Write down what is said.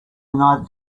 united